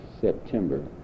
September